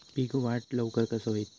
पीक वाढ लवकर कसा होईत?